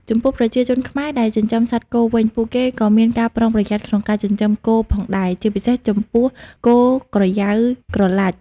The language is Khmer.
ចំពោះ ប្រជាជនខ្មែរដែលចិញ្ចឹមសត្វគោវិញ ពួកគេក៏មានការប្រុងប្រយ័ត្នក្នុងការចិញ្ចឹមគោផងដែរ ជាពិសេសចំពោះ គោក្រយៅក្រឡាច់។